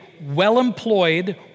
well-employed